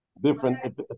different